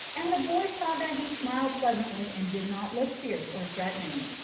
and the boy saw that he smiled pleasantly and did not look fierce or threatening.